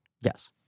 Yes